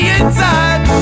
inside